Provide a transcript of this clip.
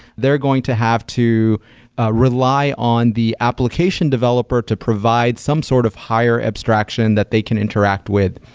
they're going to have to rely on the application developer to provide some sort of higher abstraction that they can interact with,